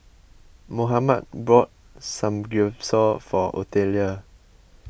Mohammed bought Samgyeopsal for Otelia